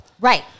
Right